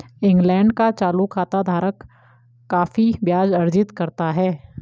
England का चालू खाता धारक काफी ब्याज अर्जित करता है